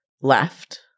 left